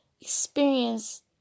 experience